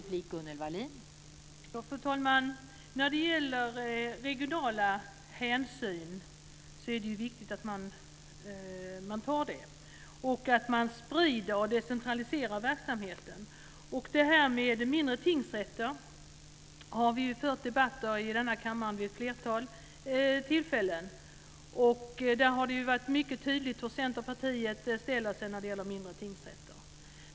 Fru talman! Det är viktigt att man tar regionala hänsyn och att man sprider och decentraliserar verksamheten. Vi har fört debatter om mindre tingsrätter här i kammaren vid ett flertal tillfällen. Där har det varit mycket tydligt hur Centerpartiet ställer sig när det gäller mindre tingsrätter.